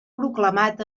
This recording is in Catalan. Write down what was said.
proclamat